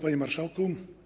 Panie Marszałku!